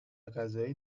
غذایی